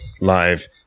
Live